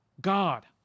God